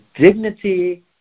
dignity